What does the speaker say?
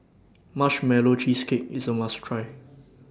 Marshmallow Cheesecake IS A must Try